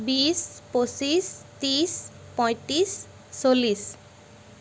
বিশ পঁচিছ ত্ৰিছ পঁয়ত্ৰিছ চল্লিছ